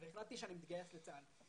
והחלטתי שאני מתגייס לצה"ל.